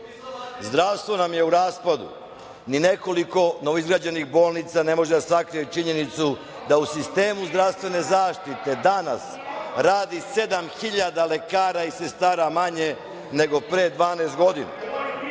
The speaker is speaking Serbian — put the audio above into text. Zdravstvo nam je u raspadu, ni nekoliko novoizgrađenih bolnica ne može da sakrije činjenicu da u sistemu zdravstvene zaštite, bar danas radi sedam hiljada lekara i sestara manje, nego pre 12 godina.